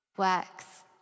Works